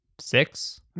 six